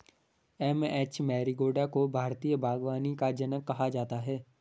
M H Marigowda को भारतीय बागवानी का जनक कहा जाता है